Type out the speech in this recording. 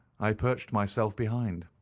i perched myself behind.